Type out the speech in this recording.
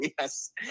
Yes